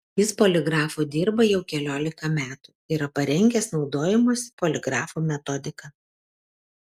jis poligrafu dirba jau keliolika metų yra parengęs naudojimosi poligrafu metodiką